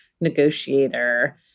negotiator